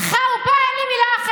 חוצפה שאין כדוגמתה.